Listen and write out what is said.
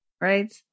right